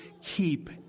keep